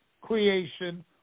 creation